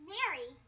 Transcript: Mary